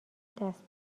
دست